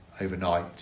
overnight